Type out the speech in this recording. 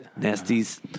nasties